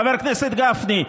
חבר הכנסת גפני,